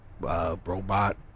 robot